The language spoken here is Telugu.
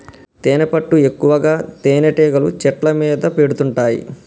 తేనెపట్టు ఎక్కువగా తేనెటీగలు చెట్ల మీద పెడుతుంటాయి